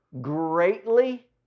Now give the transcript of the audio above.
greatly